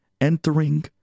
entering